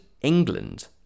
England